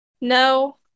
No